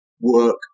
work